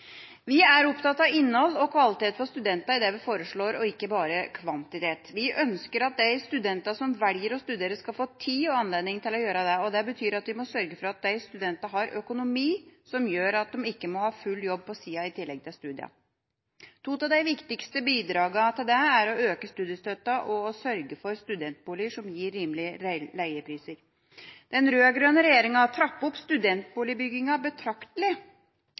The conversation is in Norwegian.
Vi er opptatt av innhold og kvalitet for studentene i det vi foreslår, og ikke bare av kvantitet. Vi ønsker at de som velger å studere, skal få tid og anledning til å gjøre det, og det betyr at vi må sørge for at studentene har økonomi som gjør at de ikke må ha full jobb ved siden av studiene. To av de viktigste bidragene til dette er å øke studiestøtten og sørge for studentboliger som gir rimelige leiepriser. Den rød-grønne regjeringa trappet opp studentboligbyggingen betraktelig.